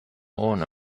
ohne